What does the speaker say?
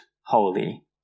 holy